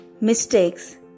mistakes